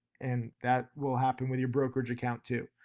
and that will happen with your brokerage account too.